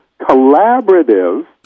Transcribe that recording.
collaborative